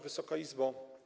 Wysoka Izbo!